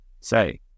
say